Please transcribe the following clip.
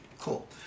cool